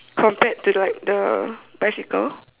compared to like the bicycle